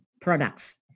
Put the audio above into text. products